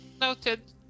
noted